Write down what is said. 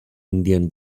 indian